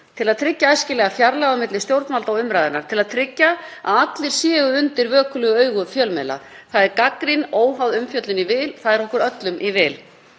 til að tryggja æskilega fjarlægð á milli stjórnvalda og umræðunnar, til að tryggja að allir séu undir vökulu auga fjölmiðla. Það er gagnrýninni óháðri umfjöllun í vil, það er okkur öllum í vil.